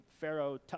Pharaoh